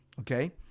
okay